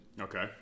Okay